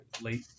late